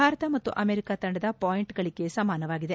ಭಾರತ ಮತ್ತು ಅಮೆರಿಕ ತಂಡದ ಪಾಯಿಂಟ್ ಗಳಿಕೆ ಸಮಾನವಾಗಿದೆ